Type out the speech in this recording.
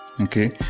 okay